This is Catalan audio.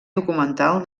documental